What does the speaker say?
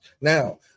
Now